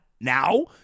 now